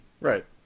Right